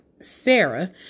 Sarah